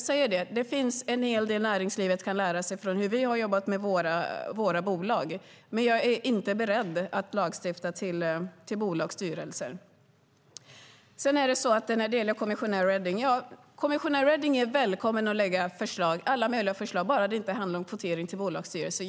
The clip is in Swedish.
Visst finns det en hel del som näringslivet kan lära sig från hur vi har jobbat med våra bolag. Men jag är inte beredd att lagstifta om kvotering till bolagsstyrelser. När det gäller kommissionär Reding är hon välkommen att lägga fram alla möjliga förslag, bara det inte handlar om kvotering till bolagsstyrelser.